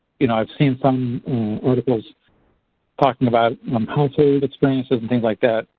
you know i've seen some articles talking about experiences and things like that.